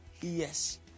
Yes